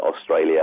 Australia